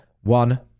one